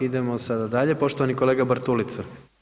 Idemo sada dalje, poštovani kolega Bartulica.